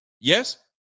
Yes